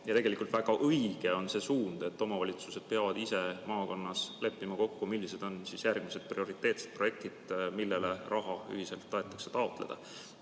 Tegelikult on väga õige see suund, et omavalitsused peavad ise maakonnas leppima kokku, millised on järgmised prioriteetsed projektid, millele raha ühiselt tahetakse taotleda.